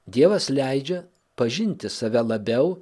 dievas leidžia pažinti save labiau